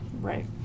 Right